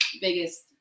biggest